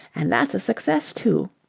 and that's a success, too.